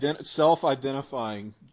self-identifying